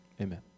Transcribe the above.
Amen